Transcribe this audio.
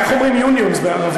איך אומרים unions בערבית?